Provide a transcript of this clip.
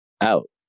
out